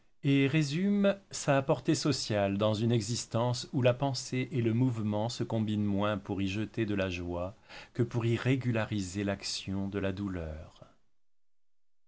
et résument sa portée sociale dans une existence où la pensée et le mouvement se combinent moins pour y jeter de la joie que pour y régulariser l'action de la douleur